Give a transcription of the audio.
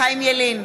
חיים ילין,